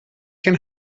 geen